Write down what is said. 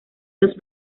dos